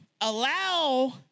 allow